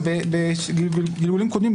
גם בגלגולים קודמים,